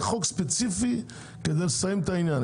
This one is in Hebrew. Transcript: זה חוק ספציפי כדי לסיים את העניין.